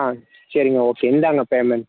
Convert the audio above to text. ஆ சரிங்க ஓகே இந்தாங்க பேமண்ட்